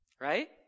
Right